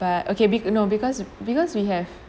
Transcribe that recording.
but okay be~ no because because we have